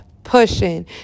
pushing